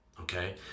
okay